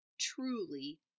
truly